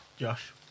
Josh